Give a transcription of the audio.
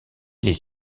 les